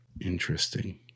interesting